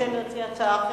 רוצה להציע הצעה אחרת,